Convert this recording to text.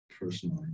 personally